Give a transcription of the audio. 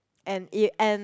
and it and